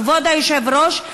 כבוד היושב-ראש,